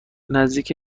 نزدیک